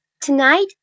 Tonight